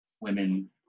women